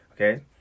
Okay